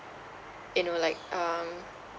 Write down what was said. you know like um